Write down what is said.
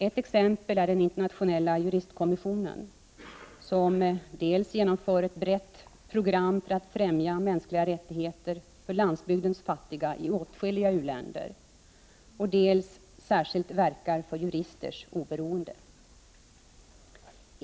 Ett exempel är Internationella juristkommissionen, som dels genomför ett brett program för att främja mänskliga rättigheter för landsbygdens fattiga i åtskilliga u-länder, dels särskilt verkar för juristers oberoende.